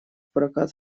прокат